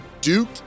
Duke